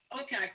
okay